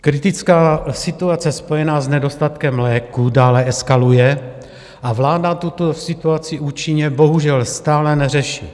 Kritická situace spojená s nedostatkem léků dále eskaluje a vláda tuto situaci účinně bohužel stále neřeší.